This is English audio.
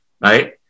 right